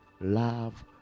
love